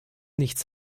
nichts